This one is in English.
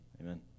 amen